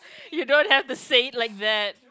you don't have to say it like that